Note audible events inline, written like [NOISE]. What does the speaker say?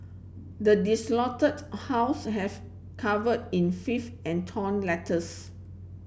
the desolated house have cover in [UNINTELLIGIBLE] and torn letters